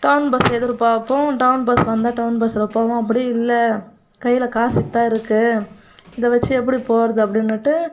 down bus எதிர்பார்ப்போம் town bus வந்தால் town பஸ்சில் போவோம் அப்படியும் இல்லை கையில் காசு இதுதான் இருக்குது இதை வெச்சு எப்படி போவது அப்படின்னுட்டு